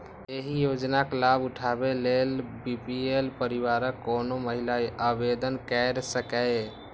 एहि योजनाक लाभ उठाबै लेल बी.पी.एल परिवारक कोनो महिला आवेदन कैर सकैए